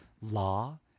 law